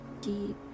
deep